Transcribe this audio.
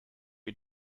you